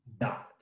Dot